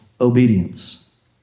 obedience